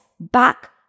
back